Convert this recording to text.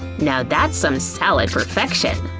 now that's some salad perfection!